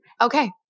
Okay